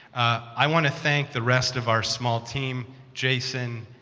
i want to thank the rest of our small team jason,